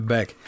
Back